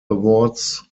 awards